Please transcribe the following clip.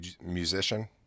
musician